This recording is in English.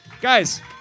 guys